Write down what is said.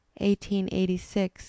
1886